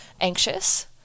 anxious